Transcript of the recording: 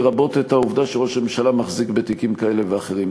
לרבות את העובדה שראש הממשלה מחזיק בתיקים כאלה ואחרים.